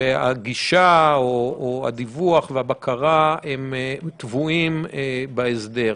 והגישה או הדיווח והבקרה הם טבועים בהסדר.